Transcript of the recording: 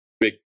big